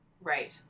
Right